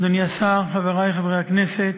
אדוני השר, חברי חברי הכנסת,